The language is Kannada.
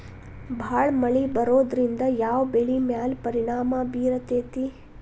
ಭಾಳ ಮಳಿ ಬರೋದ್ರಿಂದ ಯಾವ್ ಬೆಳಿ ಮ್ಯಾಲ್ ಪರಿಣಾಮ ಬಿರತೇತಿ?